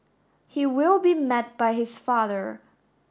he will be met by his father